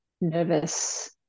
nervous